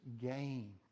gain